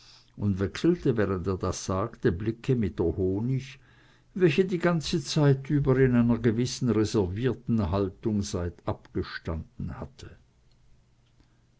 und wechselte während er das sagte blicke mit der honig welche die ganze zeit über in einer gewissen reservierten haltung seitab gestanden hatte